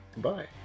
Goodbye